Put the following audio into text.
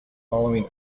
following